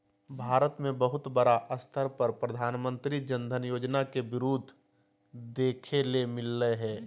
भारत मे बहुत बड़ा स्तर पर प्रधानमंत्री जन धन योजना के विरोध देखे ले मिललय हें